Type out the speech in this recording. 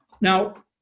Now